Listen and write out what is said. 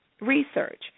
research